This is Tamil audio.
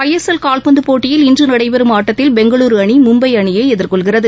ஐஎஸ்எல் கால்பந்து போட்டியில் இன்று நடைபெறும் ஆட்டத்தில் பெங்களூரு அணி மும்பை அணியை எதிர்கொள்கிறது